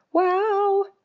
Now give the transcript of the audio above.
wow,